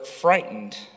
frightened